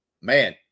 man